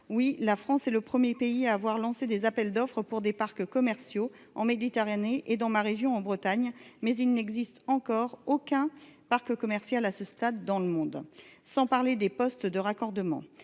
oui la France est le 1er pays à avoir lancé des appels d'offres pour des parcs commerciaux en Méditerranée et dans ma région, en Bretagne, mais il n'existe encore aucun parc commercial à ce stade, dans le monde, sans parler des postes de raccordement